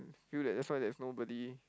feel that that's why there's nobody